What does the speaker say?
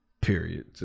Period